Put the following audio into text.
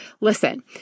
Listen